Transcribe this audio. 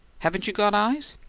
haven't you got eyes?